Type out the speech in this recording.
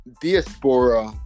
diaspora